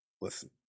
listen